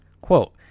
quote